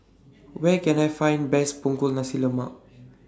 Where Can I Find Best Punggol Nasi Lemak